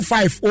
Five